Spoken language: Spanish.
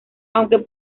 aunque